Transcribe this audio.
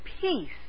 peace